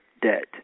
debt